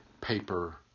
paper